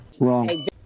Wrong